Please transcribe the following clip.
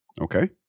Okay